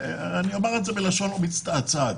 זאת בלשון לא מצטעצעת,